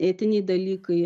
etiniai dalykai